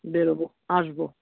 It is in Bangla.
বেরোবো আসবো